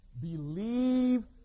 believe